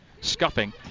scuffing